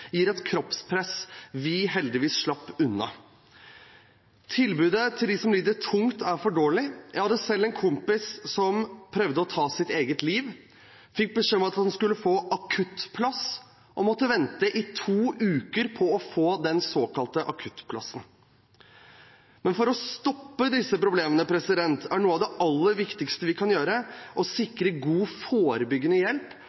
gir et kroppspress vi heldigvis slapp unna. Tilbudet til dem som lider tungt, er for dårlig. Jeg hadde selv en kompis som prøvde å ta sitt eget liv. Han fikk beskjed om at han skulle få akuttplass, og måtte venter i to uker på å få den såkalte akuttplassen. Men for å stoppe disse problemene er noe av det aller viktigste vi kan gjøre, å sikre god forebyggende hjelp